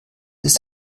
ist